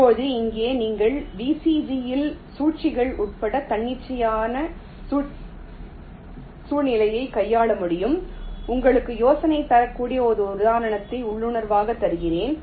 இப்போது இங்கே நீங்கள் VCG இல் சுழற்சிகள் உட்பட தன்னிச்சையான சூழ்நிலையை கையாள முடியும் உங்களுக்கு யோசனை தரக்கூடிய ஒரு உதாரணத்தை உள்ளுணர்வாக தருகிறேன்